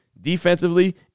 defensively